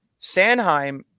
Sanheim